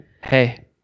hey